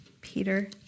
Peter